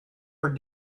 are